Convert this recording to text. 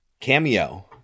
cameo